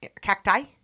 Cacti